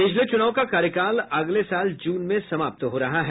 पिछले चुनाव का कार्यकाल अगले साल जून में समाप्त हो रहा है